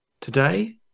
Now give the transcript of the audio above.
today